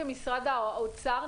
כמשרד האוצר,